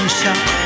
shot